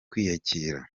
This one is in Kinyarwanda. kwiyakira